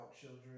children